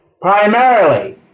primarily